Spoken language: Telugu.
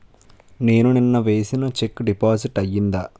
నేను నిన్న వేసిన చెక్ డిపాజిట్ అయిందా?